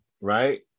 right